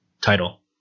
title